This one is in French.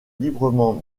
librement